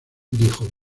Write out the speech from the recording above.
dijo